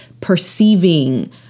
perceiving